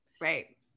Right